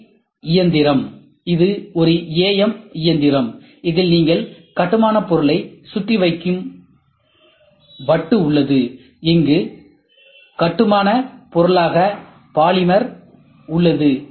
C இயந்திரம் இது ஒரு AM இயந்திரம் இதில் நீங்கள் கட்டுமானப் பொருளை சுற்றி வைக்கும் வைக்கும் வட்டு உள்ளது இங்கு கட்டுமான பொருளாக பாலிமர் உள்ளது